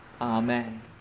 Amen